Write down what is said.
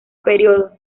período